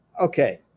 Okay